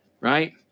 right